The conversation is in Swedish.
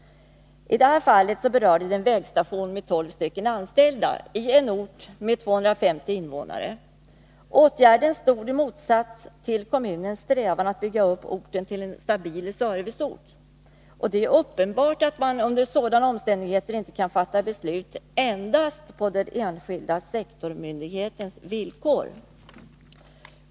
I detta fall berörde det en vägstation med 12 anställda i en ort med 250 invånare. Åtgärden stod i motsats till kommunens strävan att bygga upp orten till en stabil serviceort. Det är uppenbart att man under sådana omständigheter inte kan fatta beslut endast på den enskilda sektorsmyndighetens villkor.